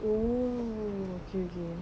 ooh